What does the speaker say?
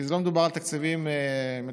כי לא מדובר על תקציבים מטורפים,